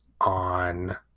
on